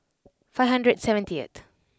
five hundred and seventy eight